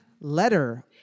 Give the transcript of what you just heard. letter